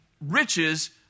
riches